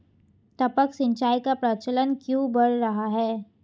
टपक सिंचाई का प्रचलन क्यों बढ़ रहा है?